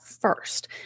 first